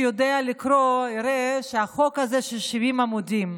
ובאמת הייתה שם עבודה משותפת יפה מאוד של כל הגורמים.